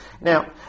Now